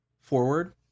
forward